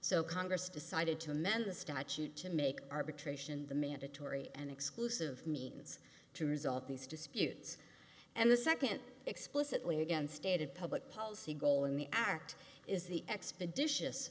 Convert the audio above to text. so congress decided to amend the statute to make arbitration the mandatory and exclusive means to resolve these disputes and the second explicitly again stated public policy goal in the act is the expeditious